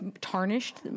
tarnished